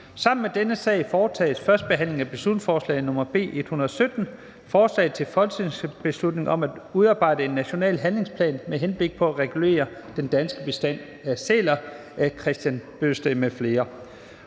dagsordenen er: 16) 1. behandling af beslutningsforslag nr. B 116: Forslag til folketingsbeslutning om at udarbejde en national handlingsplan med henblik på at regulere den danske bestand af mellemskarv. Af Kristian Bøgsted (DD)